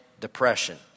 depression